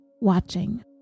watching